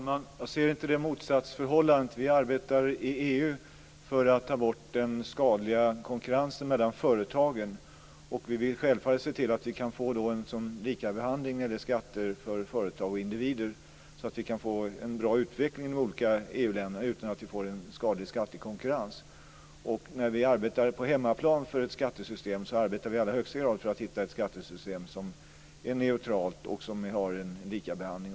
Fru talman! Jag ser inget motsatsförhållande i det. Vi arbetar i EU för att ta bort den skadliga konkurrensen mellan företagen. Vi vill självfallet se till att det blir en likabehandling när det gäller skatter för företag och individer, så att de olika EU-länderna kan få en bra utveckling utan skadlig skattekonkurrens. På hemmaplan arbetar vi i allra högsta grad för att hitta ett skattesystem som är neutralt och som också innebär likabehandling.